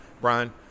Brian